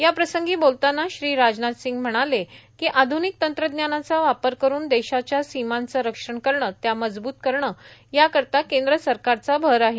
याप्रसंगी बोलताना श्री राजनाथ सिंग म्हणाले की आध्रनिक तंत्रज्ञानाचा वापर करून देशाच्या सीमांचे रक्षण करणे त्या मजबूत करणे याकरिता केंद्र सरकारचा भर आहे